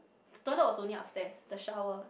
toilet was only upstairs the shower